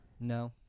No